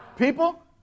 People